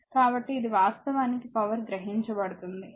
కాబట్టి ఇది వాస్తవానికి పవర్ గ్రహించబడుతుంది